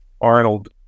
Arnold